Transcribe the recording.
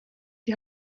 die